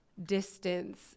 distance